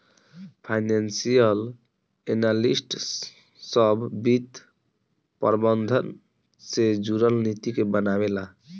financial analyst सभ वित्त प्रबंधन से जुरल नीति के बनावे ला